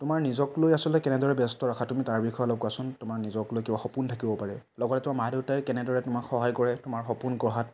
তোমাক নিজক লৈ আচলতে কেনেদৰে ব্যস্ত ৰাখা তুমি তাৰ বিষয়ে অলপ কোৱাচোন তোমাৰ নিজক লৈ কিবা সপোন থাকিব পাৰে লগতে তোমাৰ মা দেউতাই কেনেদৰে তোমাক সহায় কৰে তোমাৰ সপোন গঢ়াত